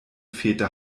väter